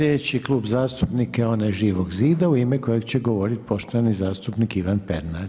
Sljedeći klub zastupnika je onaj Živog zida u ime kojeg će govoriti poštovani zastupnik Ivan Pernar.